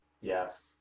Yes